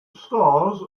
stars